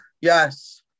yes